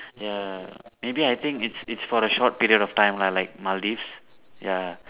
ya maybe I think it's it's for a short period of time lah like Maldives ya